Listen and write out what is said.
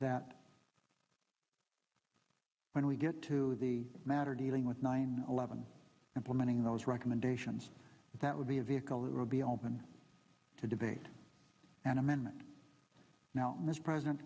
that when we get to the matter dealing with nine eleven and lamenting those recommendations that would be a vehicle that will be open to debate and amendment now this president